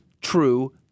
true